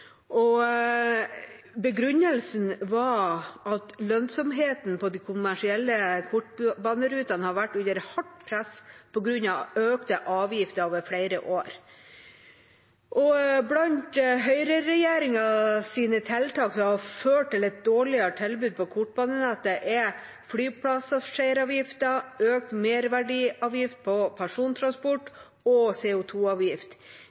Begrunnelsen var at lønnsomheten på de kommersielle kortbanerutene hadde vært under hardt press på grunn av økte avgifter over flere år. Blant høyreregjeringas tiltak som har ført til et dårligere tilbud på kortbanenettet, er flypassasjeravgiften, økt merverdiavgift på